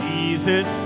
Jesus